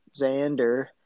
xander